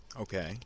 Okay